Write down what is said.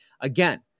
again